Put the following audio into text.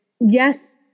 yes